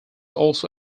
also